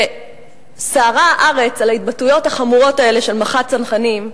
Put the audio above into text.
כשסערה הארץ על ההתבטאויות החמורות האלה של מח"ט צנחנים,